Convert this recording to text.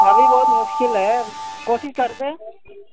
ابھی بہت مشکل ہے کوشش کرتے ہیں